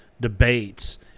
debates